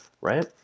right